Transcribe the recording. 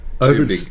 over